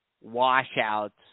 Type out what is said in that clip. washouts